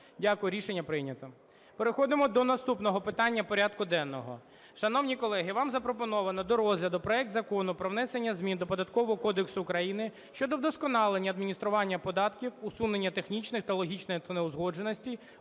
Дякую, рішення прийнято. Переходимо до наступного питання порядку денного, шановні колеги. Вам запропоновано до розгляду проект Закону про внесення змін до Податкового кодексу України щодо вдосконалення адміністрування податків, усунення технічних та логічних неузгодженостей